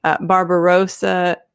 Barbarossa